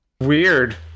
weird